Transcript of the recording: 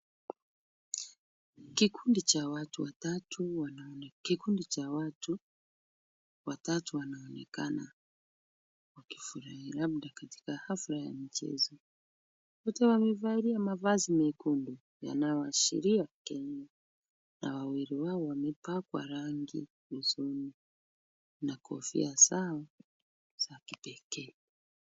Kikundi cha watu watatu wanaonekana wakifurahia labda katika hafla ya michezo. Wote wamevalia mavazi nyekundu yanayoashiria Kenya na wawili wao wamepakwa rangi usoni na kofia zao ni za kipekee.